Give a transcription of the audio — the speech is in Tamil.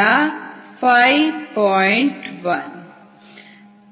1